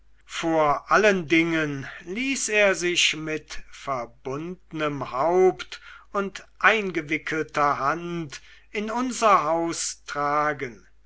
vor allen dingen ließ er sich mit verbundenem haupt und eingewickelter hand in unser haus tragen